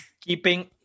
keeping